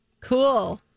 Cool